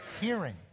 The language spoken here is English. Hearing